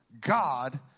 God